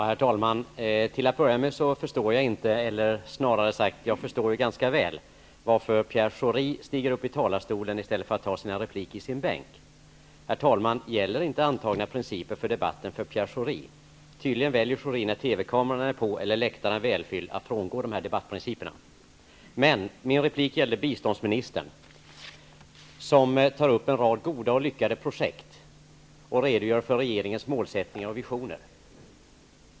Herr talman! Till att börja med så förstår jag inte, eller rättare sagt så förstår jag ganska väl, varför Pierre Schori stiger upp i talarstolen i stället för att ta sin replik från sin bänk. Herr talman, gäller inte antagna principer för debatten för Pierre Schori? Tydligen väljer Schori att frångå dessa debattprinciper när TV-kamerorna är på eller när läktaren är välfylld. Min replik gällde emellertid biståndsministern. Han tog upp en rad goda och lyckade projekt och redogjorde för regeringens målsättningar och visioner.